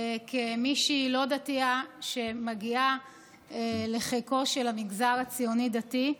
כמישהי לא דתייה שמגיעה לחיקו של המגזר הציוני-דתי,